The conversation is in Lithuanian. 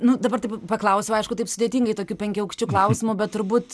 nu dabar taip paklausiau aišku taip sudėtingai tokiu penkiaaukščiu klausimu bet turbūt